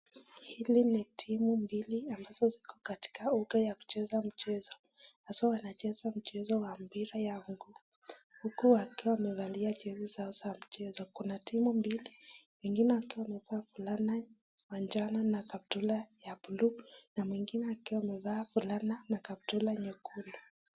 Hili ni timu mbili ambazo ziko katika uwanja ya kucheza mchezo ambazo wanacheza mchezo wa mpira ya mguu huku wakiwa wamevalia jezi zao za mchezo kuna timu mbili wengine wakiwa wamevaa fulana ya manajano na kaptura ya buluu na mwingine akiwa amevaa fulana na kaptura nyekundu.